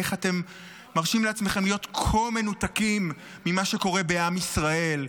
איך אתם מרשים לעצמכם להיות כה מנותקים ממה שקורה בעם ישראל?